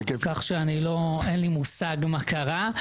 אין לי מושג מה קרה,